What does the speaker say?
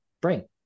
bring